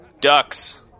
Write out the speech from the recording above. ducks